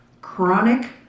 chronic